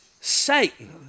Satan